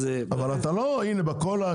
אבל הנה בקולה,